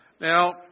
Now